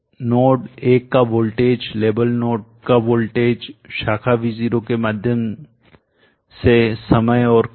node एक का voltage label node का वोल्टेज शाखा V0 के माध्यम से समय और करंट